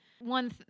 one